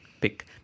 pick